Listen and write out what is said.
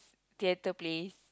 theatre place